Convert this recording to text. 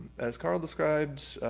as carl described,